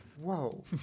whoa